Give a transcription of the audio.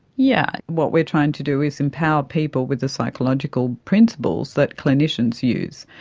yeah what we're trying to do is empower people with the psychological principles that clinicians use.